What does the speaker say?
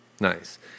Nice